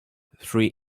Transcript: three